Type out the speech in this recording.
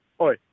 Oi